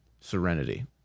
serenity